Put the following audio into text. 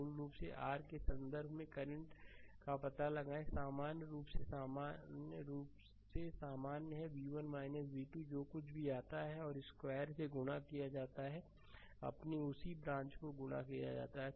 मूल रूप से r के संदर्भ में करंट का पता लगाएं सामान्य रूप से सामान्य है कि v1 v2 जो कुछ भी आता है और स्क्वायर से गुणा किया जाता है अपनी उस ब्रांच को गुणा किया जाता है